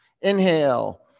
inhale